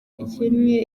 ikennye